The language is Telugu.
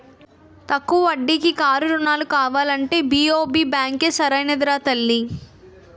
తక్కువ వడ్డీకి కారు రుణాలు కావాలంటే బి.ఓ.బి బాంకే సరైనదిరా తల్లీ